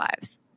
lives